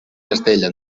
castella